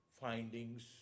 findings